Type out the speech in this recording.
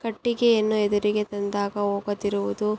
ಕಟ್ಟಿಗೆಯನ್ನು ಎದುರಿಗೆ ತಂದಾಗ ಹೋಗದಿರುವುದು